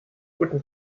guten